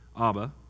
Abba